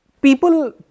People